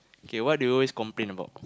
okay what do you always complain about